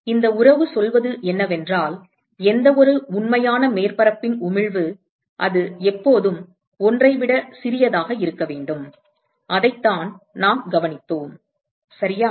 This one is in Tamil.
எனவே இந்த உறவு சொல்வது என்னவென்றால் எந்தவொரு உண்மையான மேற்பரப்பின் உமிழ்வு அது எப்போதும் 1 ஐ விட சிறியதாக இருக்க வேண்டும் அதைத்தான் நாம் கவனித்தோம் சரியா